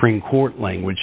supreme court language